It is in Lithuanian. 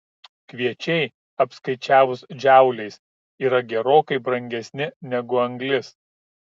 kviečiai apskaičiavus džauliais yra gerokai brangesni negu anglis